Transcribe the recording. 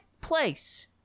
place